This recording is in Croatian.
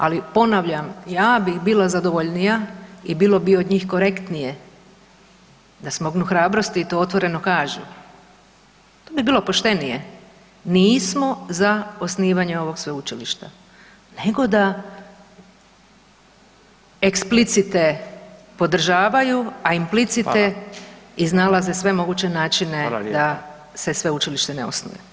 Ali ponavljam, ja bih bila zadovoljnija i bilo bi od njih korektnije da smognu hrabrosti i to otvoreno kažu, to bi bilo poštenije, nismo za osnivanje ovog sveučilišta nego da eksplicite podržavaju, a implicite iznalaze sve moguće načine da se sveučilište ne osnuje.